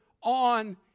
on